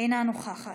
אינה נוכחת,